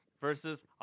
versus